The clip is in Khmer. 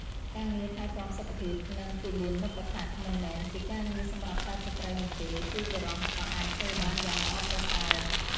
ការងារថែទាំសុខភាព និងគិលានុបដ្ឋាកមិនមែនជាការងារសម្រាប់តែស្ត្រីនោះទេ គឺបុរសក៏អាចធ្វើបានយ៉ាងល្អប្រសើរ។